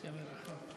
השם ירחם.